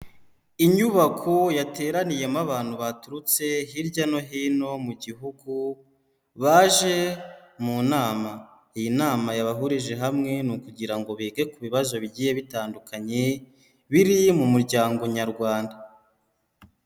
Inyubako yateraniyemo abantu baturutse hirya no hino mu gihugu, baje mu nama, iyi nama yabahurije hamwe ni ukugira ngo bige ku bibazo bigiye bitandukanye, biri mu muryango nyarwanda.